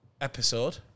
episode